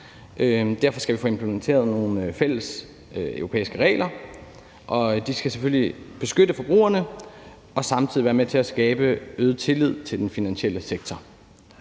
Derfor skal vi få implementeret nogle fælleseuropæiske regler, og de skal selvfølgelig beskytte forbrugerne og samtidig være med til at skabe en øget tillid til den finansielle sektor.